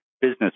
business